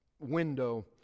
window